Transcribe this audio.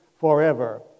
forever